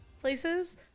places